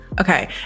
okay